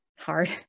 hard